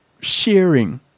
sharing